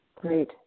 Great